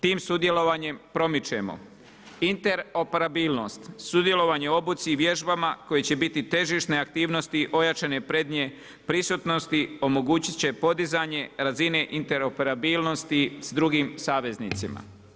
Tim sudjelovanjem promičemo interoperabilnost, sudjelovanje u obuci i vježbama koje će biti težišne aktivnosti ojačane prednje prisutnosti omogućit će podizanje razine interoperabilnosti s drugim saveznicima.